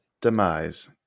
demise